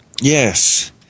Yes